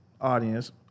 audience